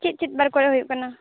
ᱪᱮᱫ ᱪᱮᱫ ᱵᱟᱨ ᱠᱚᱨᱮᱫ ᱦᱩᱭᱩᱜ ᱠᱟᱱᱟ